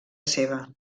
seva